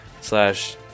slash